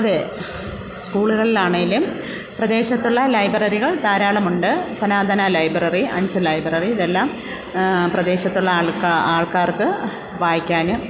അതേ സ്കൂളുകളിൽ ആണേലും പ്രദേശത്തുള്ള ലൈബ്രറികൾ ധാരാളമുണ്ട് സനാതന ലൈബ്രറി അഞ്ച് ലൈബ്രറി ഇതെല്ലാം പ്രദേശത്തുള്ള ആൾക്കാർ ആൾക്കാർക്ക് വായിക്കാനും